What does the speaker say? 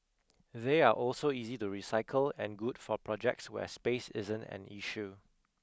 they are also easy to recycle and good for projects where space isn't an issue